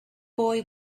boy